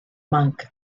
monk